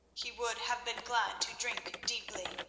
he would have been glad to drink deeply,